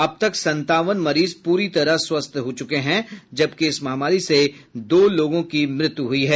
अब तक संतावन मरीज प्ररी तरह स्वस्थ हो चुके हैं जबकि इस महामारी से दो लोगों की मृत्यु हुई है